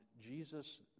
Jesus